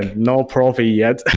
and no profit yet.